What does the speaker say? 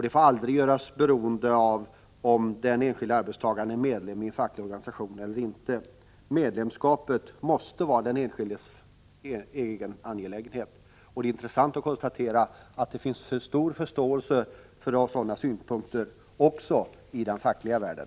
Den får aldrig göras beroende av om den enskilde arbetstagaren är medlem i en facklig organisation eller inte. Medlemskap måste vara den enskildes egen angelägenhet. Det är intressant att konstatera att det finns stor förståelse för sådana synpunkter också i den fackliga världen.